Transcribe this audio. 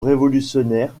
révolutionnaire